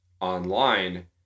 online